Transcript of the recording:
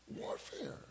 warfare